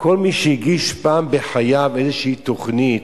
כל מי שהגיש פעם בחייו תוכנית,